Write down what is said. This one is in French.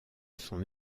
sont